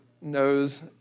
knows